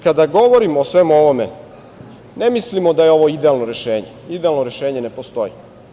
Kada govorimo o svemu ovome, ne mislimo da je ovo idealno rešenje, idealno rešenje ne postoji.